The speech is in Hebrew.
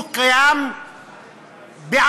הוא קיים בעצמו,